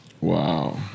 Wow